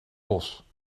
bos